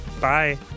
bye